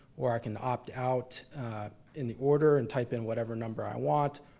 or i can opt out in the order and type in whatever number i want,